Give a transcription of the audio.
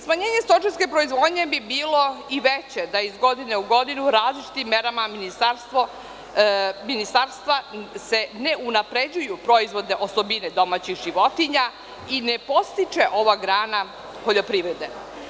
Smanjenje stočarske proizvodnje bi bilo i veće da iz godine u godinu različitim merama ministarstva se ne unapređuje proizvodnje osobine domaćih životinja i ne podstiče ova grana poljoprivrede.